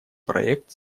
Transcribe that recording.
проект